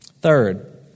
Third